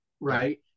right